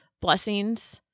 blessings